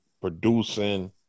producing